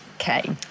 okay